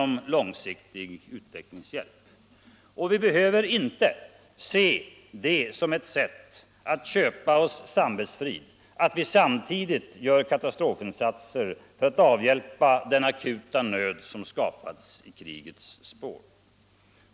Men vi behöver inte se det som ett sätt att köpa oss samvetsfrid att vi samtidigt gör katastrofinsatser för att avhjälpa den akuta nöd som skapats i krigets spår.